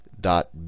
dot